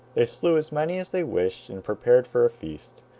they slew as many as they wished and prepared for a feast.